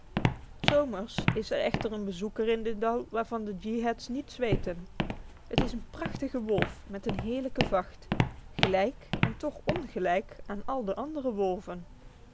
zomers is er echter een bezoeker in dit dal waarvan de yeehats niets weten het is een prachtige wolf met een heerlijke vacht gelijk en toch ongelijk aan al de andere wolven